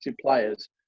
players